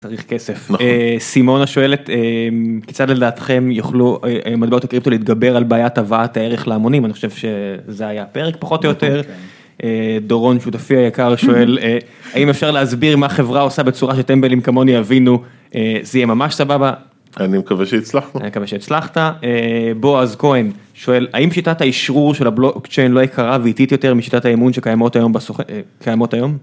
צריך כסף. סימונה שואלת, כיצד לדעתכם יוכלו מטבעות הקריפטו להתגבר על בעיית הבאת הערך להמונים, אני חושב שזה היה הפרק פחות או יותר. דורון, שותפי היקר, שואל, האם אפשר להסביר מה חברה עושה בצורה שטמבלים כמונו יבינו, זה יהיה ממש סבבה. אני מקווה שהצלחנו. אני מקווה שהצלחת. בועז כהן שואל, האם שיטת האשרור של הבלוקצ'יין לא יקרה ואיטית יותר משיטות האימון שקיימות היום?